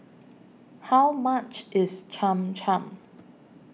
How much IS Cham Cham